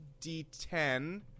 D10